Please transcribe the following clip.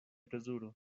plezuro